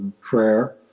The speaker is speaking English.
prayer